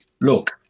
look